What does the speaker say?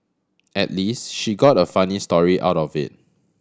at least she got a funny story out of it